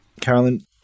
Carolyn